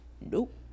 nope